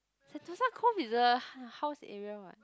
Sentosa Cove is a h~ house area what